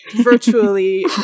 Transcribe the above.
virtually